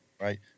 right